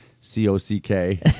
C-O-C-K